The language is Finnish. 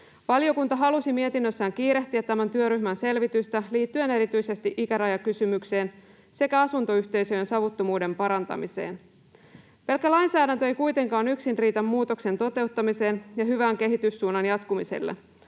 Valiokunta halusi mietinnössään kiirehtiä tämän työryhmän selvitystä liittyen erityisesti ikärajakysymykseen sekä asuntoyhteisöjen savuttomuuden parantamiseen. Pelkkä lainsäädäntö ei kuitenkaan yksin riitä muutoksen toteuttamiseen ja hyvän kehityssuunnan jatkumiseen.